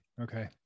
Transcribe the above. Okay